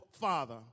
Father